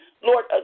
Lord